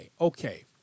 Okay